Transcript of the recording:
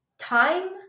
Time